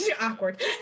awkward